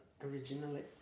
originally